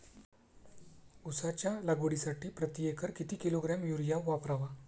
उसाच्या लागवडीसाठी प्रति एकर किती किलोग्रॅम युरिया वापरावा?